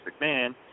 McMahon